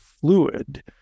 fluid